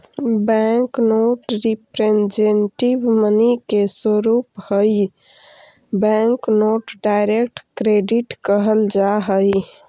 bank note representative money के स्वरूप हई बैंक नोट डायरेक्ट क्रेडिट कहल जा हई